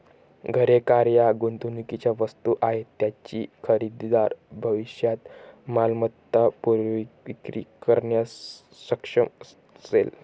घरे, कार या गुंतवणुकीच्या वस्तू आहेत ज्याची खरेदीदार भविष्यात मालमत्ता पुनर्विक्री करण्यास सक्षम असेल